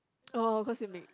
oh cause it make